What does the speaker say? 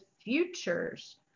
futures